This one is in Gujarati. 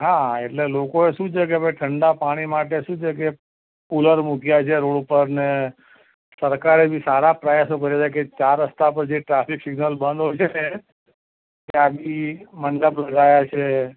હા એટલે લોકો એ શું છે કે ભાઈ ઠંડા પાણી માટે શું છે કે કૂલર મૂક્યાં છે રોડ ઉપર ને સરકારે બી સારા પ્રયાસો કરે છે કે ચાર રસ્તા પર જે ટ્રાફિક સિગ્નલ બંધ હોય છે ને ત્યાં બી મંડપ લગાવ્યા છે